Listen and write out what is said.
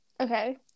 Okay